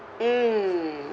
mm